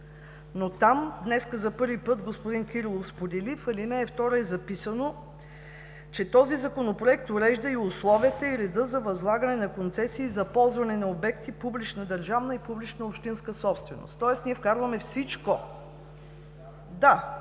Но там днес за първи път господин Кирилов сподели, в ал. 2 е записано, че този Законопроект урежда условията и реда за възлагане на концесии за ползване на обекти публична държавна и публична общинска собственост, тоест ние вкарваме всичко.